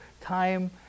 time